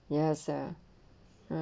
yes ya mm